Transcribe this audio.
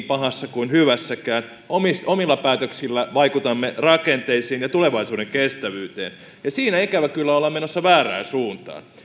pahassa eikä hyvässäkään omilla omilla päätöksillä vaikutamme rakenteisiin ja tulevaisuuden kestävyyteen ja siinä ikävä kyllä ollaan menossa väärään suuntaan